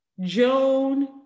joan